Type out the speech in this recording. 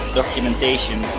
documentation